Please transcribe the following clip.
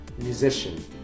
musician